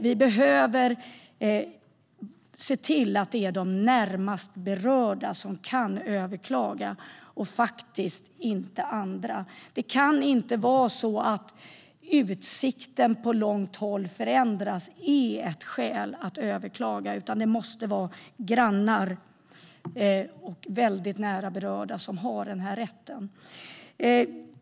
Vi behöver se till att det är de närmast berörda som kan överklaga, inte några andra. Det kan inte vara så att förändrad utsikt på långt håll är ett skäl för att överklaga, utan det måste vara grannar och väldigt nära berörda som har den rätten.